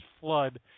flood